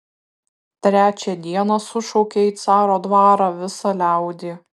trečią dieną sušaukė į caro dvarą visą liaudį